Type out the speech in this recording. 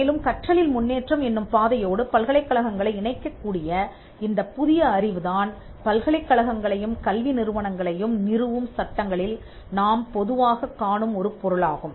மேலும் கற்றலில் முன்னேற்றம் என்னும் பாதையோடு பல்கலைக்கழகங்களை இணைக்கக் கூடிய இந்தப் புதிய அறிவுதான் பல்கலைக்கழகங்களையும் கல்வி நிறுவனங்களையும் நிறுவும் சட்டங்களில் நாம் பொதுவாகக் காணும் ஒரு பொருளாகும்